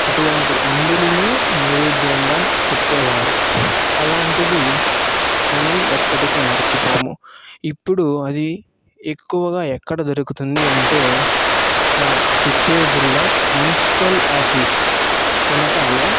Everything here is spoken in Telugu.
అటువంటి అంబిలినే నైవేద్యంగా పెట్టేవారు అలాంటిది మనం ఎప్పటికి మర్చిపోము ఇప్పుడు అది ఎక్కువగా ఎక్కడ దొరుకుతుంది అంటే మన చిత్తూరు జిల్లా మునిసిపల్ ఆఫీస్ వెనకాల